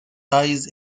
ties